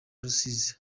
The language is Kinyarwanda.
rusizi